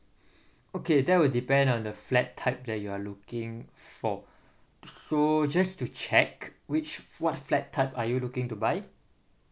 okay that will depend on the flat type that you are looking for so just to check which what flat type are you looking to buy